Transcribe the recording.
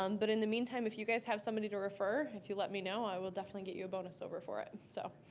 um but in the mean time, if you guys have somebody to refer, if you let me know, i will definitely get you a bonus over for it. so,